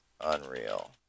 Unreal